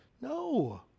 No